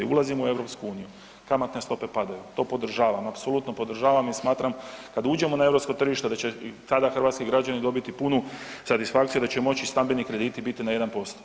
Ulazimo u EU kamatne stope padaju, to podržavam, apsolutno podržavam i smatram kada uđemo na europske tržište da će tada i hrvatski građani dobiti punu satisfakciju da će moći stambeni krediti biti na 1%